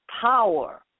power